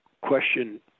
question